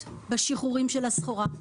אבל לא יבואן נאות בשחרורים של הסחורה.